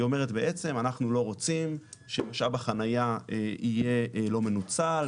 היא אומרת בעצם אנחנו לא רוצים שמשאב החניה יהיה לא מנוצל,